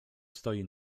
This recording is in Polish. stoi